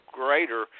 greater